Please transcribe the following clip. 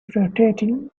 rotating